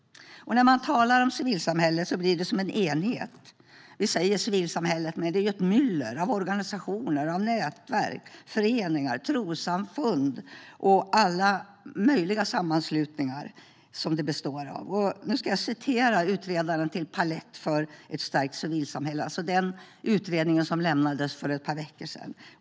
När man talar om civilsamhället blir det som en enhet. Vi säger civilsamhället, men det är ett myller av organisationer, nätverk, föreningar, trossamfund och alla möjliga sammanslutningar. Låt mig återge utredaren som har skrivit Palett för ett stärkt civilsamhälle , det vill säga den utredning som lämnades över för ett par veckor sedan.